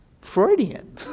Freudian